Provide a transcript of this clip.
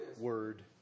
word